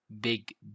Big